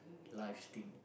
life's thing